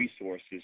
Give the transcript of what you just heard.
resources